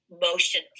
motion